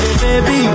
baby